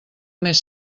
més